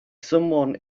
someone